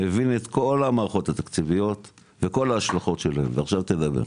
מבין את כל המערכות התקציביות וכל ההשלכות שלהם ועכשיו תדבר.